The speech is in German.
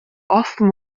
offen